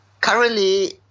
currently